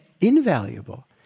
invaluable